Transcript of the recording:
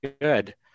good